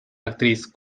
actriz